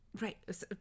Right